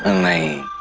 ah me